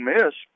Miss